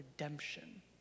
redemption